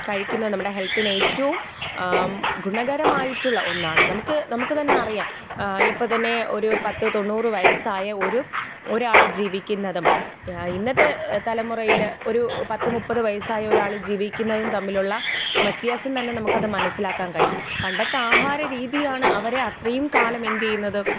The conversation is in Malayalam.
കഴിക്കുന്നത് നമ്മുടെ ഹെൽത്തിന് ഏറ്റവും ഗുണകരമായിട്ടുള്ള ഒന്നാണ് നമുക്ക് നമുക്കുതന്നെ അറിയാം ഇപ്പോൾ തന്നെ ഒരു പത്ത് തൊണ്ണൂറ് വയസ്സായ ഒരു ഒരാൾ ജീവിക്കുന്നതും ഇന്നത്തെ തലമുറയിൽ ഒരു പത്ത് മുപ്പത് വയസ്സായ ഒരാൾ ജീവിക്കുന്നതും തമ്മിലുള്ള വ്യത്യാസം തന്നെ നമുക്കത് മനസിലാക്കാൻ കഴിയും പണ്ടത്തെ ആഹാരരീതിയാണ് അവരെ അത്രയും കാലം എന്ത് ചെയ്യുന്നത്